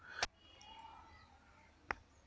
రసాయన శాతం తక్కువ ఉన్న నేలను నేను ఎలా చికిత్స చేయచ్చు?